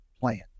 plan